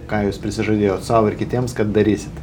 ką jūs prisižadėjot sau ir kitiems kad darysit